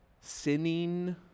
sinning